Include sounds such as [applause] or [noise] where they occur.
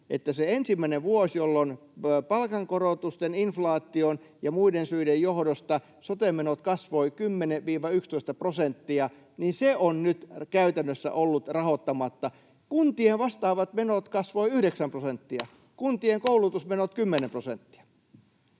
että se ensimmäinen vuosi, jolloin palkankorotusten, inflaation ja muiden syiden johdosta sote-menot kasvoivat 10—11 prosenttia, on nyt käytännössä ollut rahoittamatta. Kuntien vastaavat menot kasvoivat 9 prosenttia, [noise] kuntien koulutusmenot 10 prosenttia.